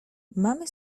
mamy